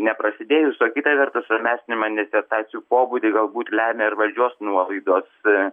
neprasidėjus o kita vertus ramesnį manifestacijų pobūdį galbūt lemia ir valdžios nuolaidos